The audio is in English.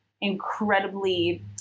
incredibly